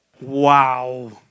Wow